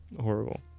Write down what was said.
Horrible